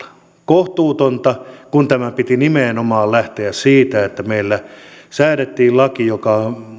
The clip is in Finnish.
kohtuutonta kun tämän piti nimenomaan lähteä siitä että meillä säädettiin laki